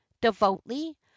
devoutly